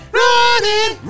running